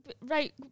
Right